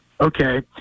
okay